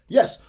Yes